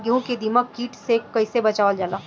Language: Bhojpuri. गेहूँ को दिमक किट से कइसे बचावल जाला?